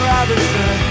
Robinson